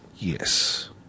Yes